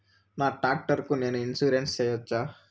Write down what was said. నా టాక్టర్ కు నేను ఇన్సూరెన్సు సేయొచ్చా?